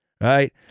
right